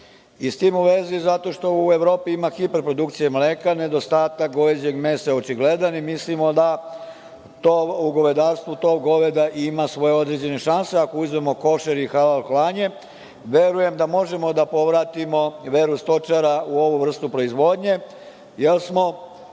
S tim u vezi, zato što u Evropi ima hiper produkcije mleka, nedostatak goveđeg mesa je očigledan i mislimo da u govedarstvu tov goveda ima svoje šanse. Ako uzmemo košer i halal klanje, verujem da možemo da povratimo veru stočara u ovu vrstu proizvodnje, jer smo